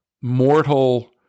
mortal